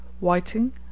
whiting